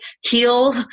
heal